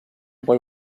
boy